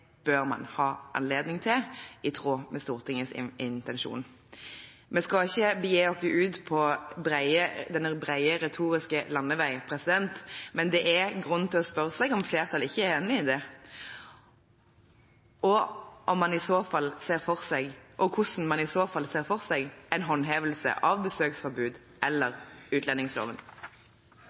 bør man ha anledning til i tråd med Stortingets intensjon. Vi skal ikke begi oss ut på den brede retoriske landevei, men det er grunn til å spørre seg om flertallet ikke er enig i dette, og hvordan man i så fall ser for seg en håndhevelse av besøksforbud eller utlendingsloven. Arbeiderpartiet er enig i